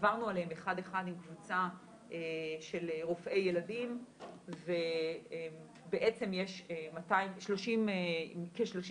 עברנו עליהם אחד-אחד עם קבוצה של רופאי ילדים ובעצם בכ-30 מקרים